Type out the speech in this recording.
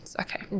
okay